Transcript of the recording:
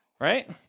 Right